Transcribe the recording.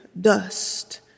dust